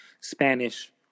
Spanish